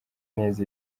neza